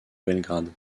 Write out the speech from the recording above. belgrade